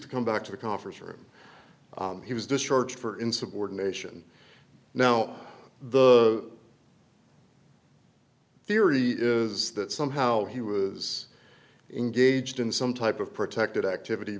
to come back to the conference room he was discharged for insubordination now the theory is that somehow he was engaged in some type of protected activity